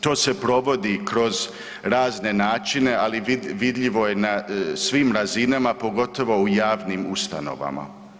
To se provodi kroz razne načine, ali vidljivo je na svim razinama, pogotovo u javnim ustanovama.